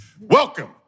Welcome